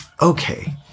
Okay